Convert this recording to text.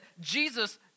Jesus